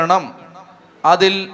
Adil